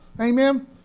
Amen